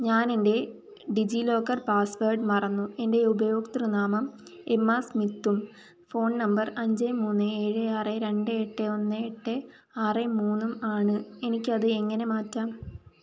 ഞാൻ എൻ്റെ DigiLocker password മറന്നു എൻ്റെ ഉപയോക്തൃ നാമം എമ്മ സ്മിത്തും ഫോൺ നമ്പർ അഞ്ച് മൂന്ന് ഏഴ് ആറ് രണ്ട് എട്ട് ഒന്ന് എട്ട് ആറ് മൂന്നും ആണ് എനിക്ക് അത് എങ്ങനെ മാറ്റാം